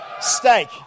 steak